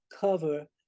cover